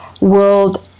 world